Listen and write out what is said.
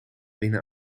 winnen